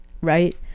right